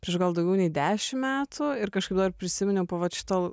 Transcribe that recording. prieš gal daugiau nei dešimt metų ir kažkaip dabar prisiminiau po vat šito